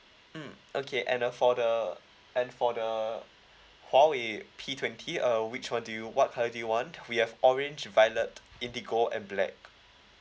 mm okay and uh for the and for the huawei P twenty uh which one do you what colour do you want we have orange violet indigo and black